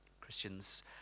Christians